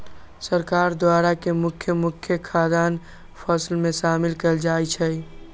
सरकार द्वारा के मुख्य मुख्य खाद्यान्न फसल में शामिल कएल जाइ छइ